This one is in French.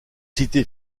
cités